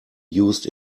used